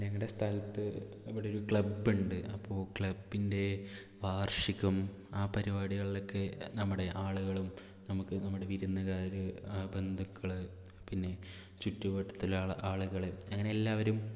ഞങ്ങളുടെ സ്ഥലത്ത് ഇവിടൊരു ക്ലബുണ്ട് അപ്പോൾ ക്ലബിൻ്റെ വാർഷികം ആ പരിപാടികളിലൊക്കെ നമ്മുടെ ആളുകളും നമുക്ക് നമ്മുടെ വിരുന്നുകാര് ബന്ധുക്കള് പിന്നെ ചുറ്റുവട്ടത്തിലെ ആളുകള് അങ്ങനെ എല്ലാവരും